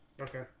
Okay